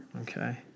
Okay